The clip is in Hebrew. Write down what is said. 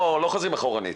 לא חוזרים אחורנית.